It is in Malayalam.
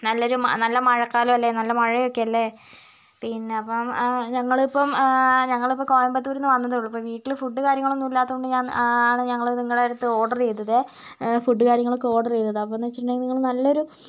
നല്ലൊരു നല്ല മഴക്കാലമല്ലേ നല്ല മഴയൊക്കെ അല്ലേ പിന്നെ അപ്പം ഞങ്ങളിപ്പം ഞങ്ങളിപ്പം കോയമ്പത്തൂരിൽ നിന്ന് വന്നതേയുള്ളൂ വീട്ടില് ഫുഡ് കാര്യങ്ങൾ ഒന്നുമില്ലാത്തതുകൊണ്ട് ഞാൻ ആണ് നിങ്ങളുടെ അടുത്ത് നിന്ന് ഓർഡർ ചെയ്തത് ഫുഡ് കാര്യങ്ങളൊക്കെ ഓർഡർ ചെയ്തത് അപ്പോൾ എന്ന് വച്ചിട്ടുണ്ടെങ്കിൽ ഉണ്ടെങ്കിൽ നിങ്ങൾ നല്ലൊരു